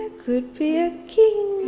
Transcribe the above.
could be a king,